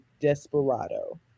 Desperado